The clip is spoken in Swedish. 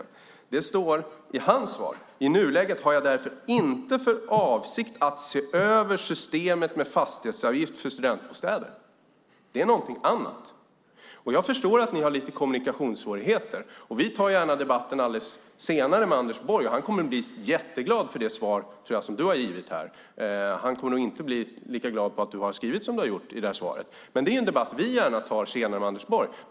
I hans svar står det: I nuläget har jag därför inte för avsikt att se över systemet med fastighetsavgift för studentbostäder. Det är någonting annat. Jag förstår att ni har lite kommunikationssvårigheter. Vi tar gärna debatten senare med Anders Borg. Jag tror att han kommer att bli jätteglad för det svar som du har givit här. Han kommer nog inte att bli lika glad på att du har skrivit som du har gjort i det här svaret. Men det är en debatt som vi gärna tar senare med Anders Borg.